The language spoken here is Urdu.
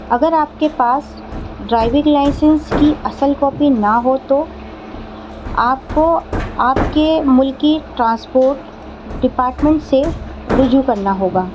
اگر آپ کے پاس ڈرائیونگ لائسنس کی اصل کاپی نہ ہو تو آپ کو آپ کے ملکی ٹرانسپورٹ ڈپارٹمنٹ سے رجوع کرنا ہوگا